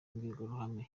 imbwirwaruhame